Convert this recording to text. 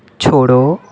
छोड़ो